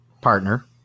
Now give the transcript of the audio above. partner